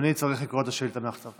אדוני צריך לקרוא את השאילתה מהכתב.